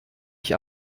ich